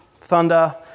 Thunder